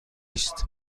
است